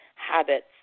habits